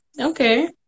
Okay